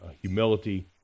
humility